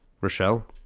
Rochelle